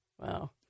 Wow